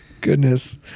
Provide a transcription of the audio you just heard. Goodness